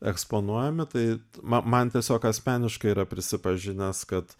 eksponuojami tai ma man tiesiog asmeniškai yra prisipažinęs kad